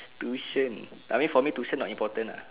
tuition I mean for me tuition not important lah